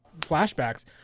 flashbacks